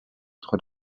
trois